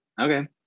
Okay